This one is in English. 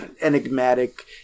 enigmatic